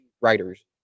writers